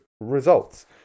results